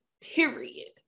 Period